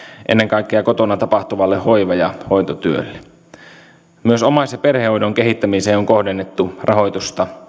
ennen kaikkea kotona tapahtuvalle hoiva ja hoitotyölle myös omais ja perhehoidon kehittämiseen on kohdennettu rahoitusta